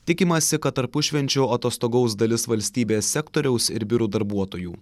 tikimasi kad tarpušvenčiu atostogaus dalis valstybės sektoriaus ir biurų darbuotojų